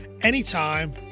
anytime